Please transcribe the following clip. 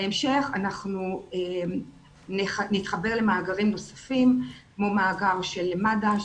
בהמשך אנחנו נתחבר למאגרים נוספים כמו מאגר של מד"א,